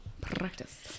Practice